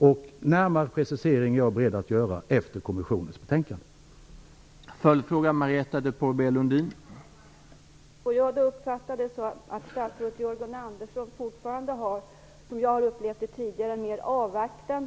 En närmare precisering är jag beredd att göra efter att Energikommissionen har lämnat sitt betänkande.